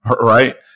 right